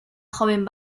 joven